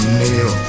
nail